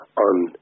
on